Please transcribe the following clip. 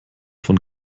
von